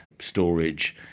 storage